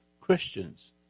Christians